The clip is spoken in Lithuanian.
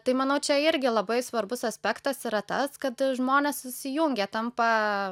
tai manau čia irgi labai svarbus aspektas yra tas kad žmonės susijungia tampa